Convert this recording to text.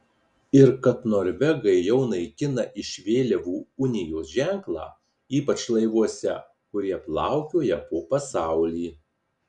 ir kad norvegai jau naikina iš vėliavų unijos ženklą ypač laivuose kurie plaukioja po pasaulį